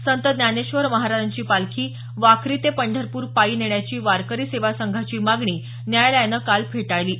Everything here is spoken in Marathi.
संत ज्ञानेश्वर महाराजांची पालखी वाखरी ते पंढरपूर पायी नेण्याची वारकरी सेवा संघाची मागणी न्यायालयानं फेटाळली आहे